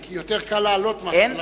כי יותר קל לעלות מאשר לרדת...